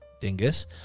dingus